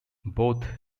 both